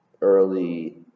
Early